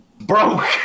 broke